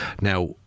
Now